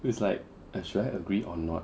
it's like eh should I agree or not